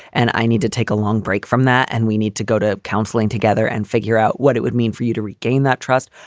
and i need to take a long break from that. and we need to go to counselling together and figure out what it would mean for you to regain that trust.